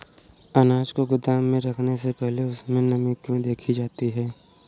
अनाज को गोदाम में रखने से पहले उसमें नमी को क्यो देखी जाती है?